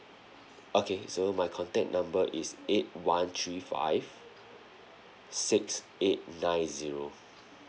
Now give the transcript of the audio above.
okay so my contact number is eight one three five six eight nine zero